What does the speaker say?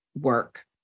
work